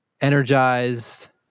energized